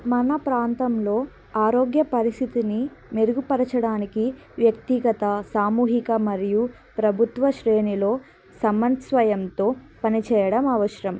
మన ప్రాంతంలో ఆరోగ్య పరిస్థితిని మెరుగుపరచడానికి వ్యక్తిగత సామూహిక మరియు ప్రభుత్వ శ్రేణిలో సమన్వయంతో పనిచేయడం అవసరం